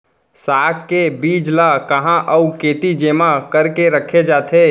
साग के बीज ला कहाँ अऊ केती जेमा करके रखे जाथे?